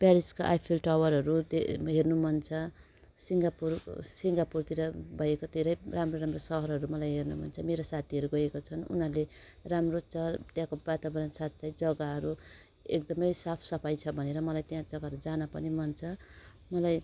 पेरिसको Eiffel टावरहरू हेर्नु मन छ सिङ्गापुर सिङ्गापुरतिर भएको धेरै राम्रो राम्रो सहरहरू मलाई हेर्नु मन छ मेरो साथीहरू गएको छन् उनीहरूले राम्रो छ त्यहाँको वातावरण साँच्चै जग्गाहरू एकदमै साफसफाइ छ भनेर मलाई त्यहाँ जग्गाहरू जान पनि मन छ मलाई